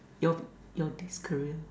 your your this career